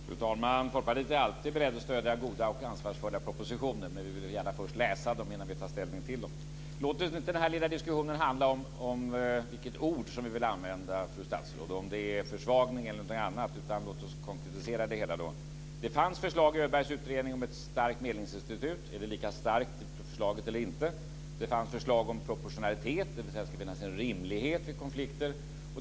Fru talman! Folkpartiet är alltid berett att stödja goda och ansvarsfulla propositioner, men vi vill gärna läsa dem innan vi tar ställning till dem. Låt nu inte den här lilla diskussionen handla om vilket ord vi vill använda, fru statsråd, om det är en försvagning eller något annat. Låt oss konkretisera det hela. Det fanns förslag i Öbergs utredning om ett starkt medlingsinstitut. Är det lika starkt i förslaget eller inte? Det fanns förslag om proportionalitet, dvs. att det ska finnas en rimlighet vid konflikter.